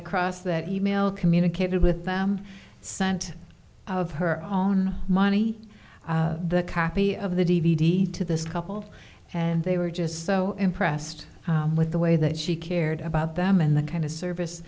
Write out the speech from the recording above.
across that e mail communicated with them sent of her own money the copy of the d v d to this couple and they were just so impressed with the way that she cared about them and the kind of service